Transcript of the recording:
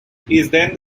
then